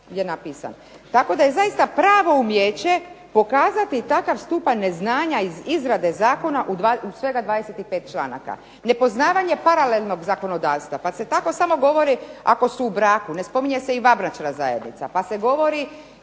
Tako da je zaista pravo umijeće pokazati takav stupanj neznanja iz izrade zakona u svega 25 članaka. Nepoznavanje paralelnog zakonodavstva pa se tako samo govori ako su u braku, ne spominje se i vanbračna zajednica. Pa se govori